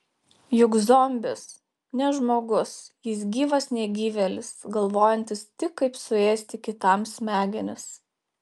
juk zombis ne žmogus jis gyvas negyvėlis galvojantis tik kaip suėsti kitam smegenis